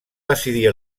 decidir